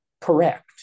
correct